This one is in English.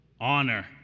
honor